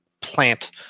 plant